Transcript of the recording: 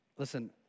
Listen